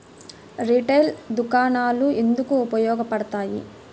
Retail దుకాణాలు ఎందుకు ఉపయోగ పడతాయి?